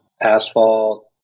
asphalt